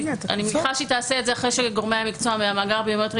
אני מניחה שהיא תעשה את זה אחרי שגורמי המקצוע מהמאגר הביומטרי